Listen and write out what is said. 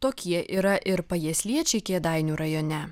tokie yra ir pajiesliečiai kėdainių rajone